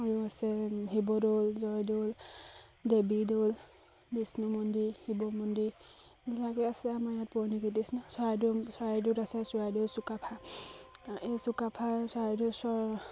আৰু আছে শিৱদৌল জয়দৌল দেৱীদৌল বিষ্ণু মন্দিৰ শিৱ মন্দিৰ এইবিলাকেই আছে আমাৰ ইয়াত পুৰণি কৃতিচিহ্ণ চৰাইদেউ চৰাইদেউত আছে চৰাইদেউ চুকাফা এই চুকাফা চৰাইদেউ চৰা